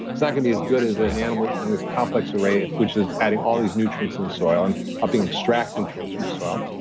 it's not going to be as good as an animal eating this complex array, which is adding all these nutrients in the soil and helping extract nutrients from the soil.